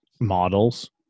models